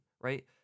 right